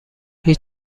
هیچ